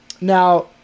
Now